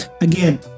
again